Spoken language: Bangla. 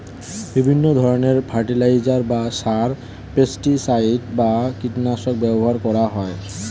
বিভিন্ন ধরণের ফার্টিলাইজার বা সার, পেস্টিসাইড বা কীটনাশক ব্যবহার করা হয়